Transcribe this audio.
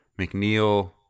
McNeil